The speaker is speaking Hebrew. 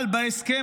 אבל בהסכם,